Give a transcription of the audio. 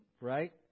right